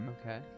Okay